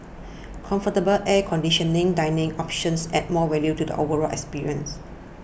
comfortable air conditioning dining option adds more value to the overall experience